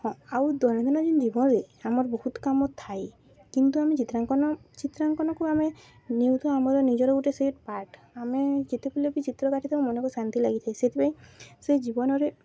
ହଁ ଆଉ ଦୈନନ୍ଦିନ ଯେନ ଜୀବନରେ ଆମର ବହୁତ କାମ ଥାଏ କିନ୍ତୁ ଆମେ ଚିତ୍ରାଙ୍କନ ଚିତ୍ରାଙ୍କନକୁ ଆମେ ନିଉତୁ ଆମର ନିଜର ଗୋଟେ ସେଇ ପାର୍ଟ ଆମେ ଯେତେବେଲେ ବି ଚିତ୍ର କାଟିଦବା ମନକୁ ଶାନ୍ତି ଲାଗିଥାଏ ସେଥିପାଇଁ ସେ ଜୀବନରେ